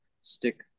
stick